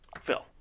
Phil